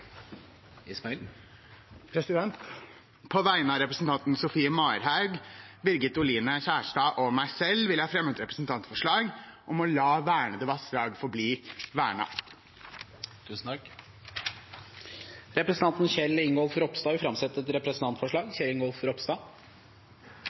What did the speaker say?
På vegne av representantene Sofie Marhaug, Birgit Oline Kjerstad og meg selv vil jeg fremme et representantforslag om å la vernede vassdrag forbli vernet. Representanten Kjell Ingolf Ropstad vil framsette et representantforslag.